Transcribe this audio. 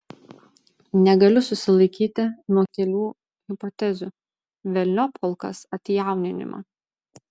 negaliu susilaikyti nuo kelių hipotezių velniop kol kas atjauninimą